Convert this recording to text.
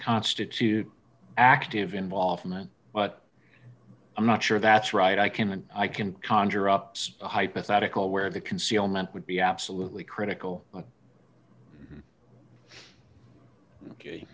constitute active involvement but i'm not sure that's right i can and i can conjure up a hypothetical where the concealment would be absolutely critical